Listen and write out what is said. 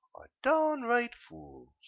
downright fools.